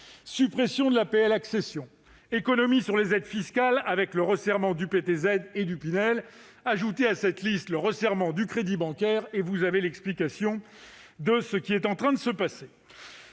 suppression de l'APL accession, économies sur les aides fiscales avec le resserrement du prêt à taux zéro (PTZ) et du Pinel. Ajoutez à cette liste le resserrement du crédit bancaire et vous avez l'explication de ce qui est en train de se passer